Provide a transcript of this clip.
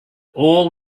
all